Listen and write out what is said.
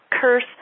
curse